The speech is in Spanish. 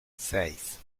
seis